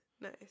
Nice